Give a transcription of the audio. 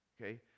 Okay